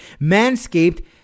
manscaped